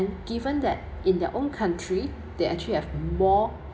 and given that in their own country they actually have more